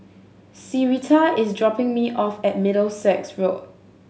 syreeta is dropping me off at Middlesex Road